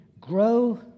Grow